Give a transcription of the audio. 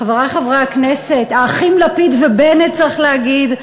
חברי חברי הכנסת, האחים לפיד ובנט, צריך להגיד,